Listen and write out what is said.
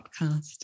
podcast